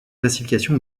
classification